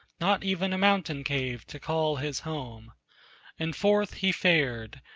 not even a mountain-cave to call his home and forth he fared,